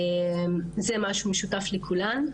זה משהו משותף לכולן.